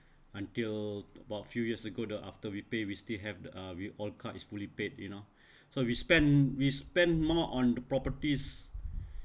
until about few years ago the after we pay we still have the uh we all car is fully paid you know so we spent we spent more on the properties